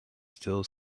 still